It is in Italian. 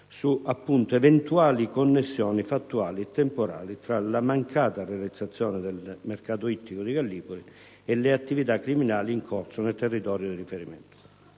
su eventuali connessioni fattuali e temporali tra la mancata realizzazione del mercato ittico di Gallipoli e le attività criminali in corso nel territorio di riferimento.